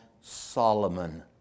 Solomon